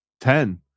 Ten